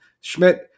schmidt